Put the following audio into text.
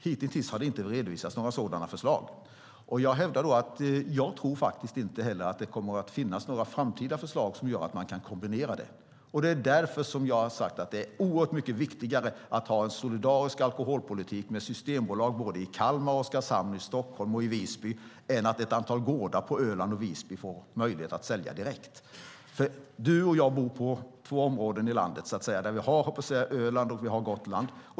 Hitintills har det inte redovisats några sådana förslag. Jag tror inte att det kommer att finnas några framtida förslag som gör att man kan kombinera det. Det är därför som jag har sagt att det är oerhört mycket viktigare att ha en solidarisk alkoholpolitik med Systembolag både i Kalmar och Oskarshamn och i Stockholm och Visby än att ett antal gårdar på Öland och Gotland får möjlighet att sälja direkt. Du och jag bor i två områden i landet där vi har Öland och Gotland.